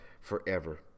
forever